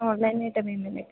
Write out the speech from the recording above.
ഓൺലൈനായിട്ടാണ് payment